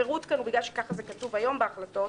הפירוט כאן הוא בגלל שככה זה כתוב היום בהחלטות,